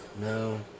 No